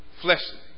Fleshly